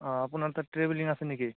অ' আপোনাৰ তাত ট্ৰেভেলিং আছে নেকি